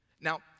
Now